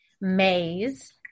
maze